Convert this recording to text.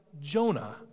Jonah